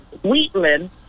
Wheatland